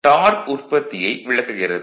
13 torque உற்பத்தியை விளக்குகிறது